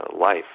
life